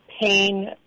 pain